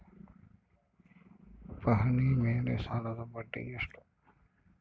ಪಹಣಿ ಮೇಲೆ ಸಾಲದ ಬಡ್ಡಿ ಎಷ್ಟು?